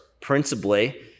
principally